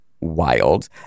wild